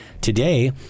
today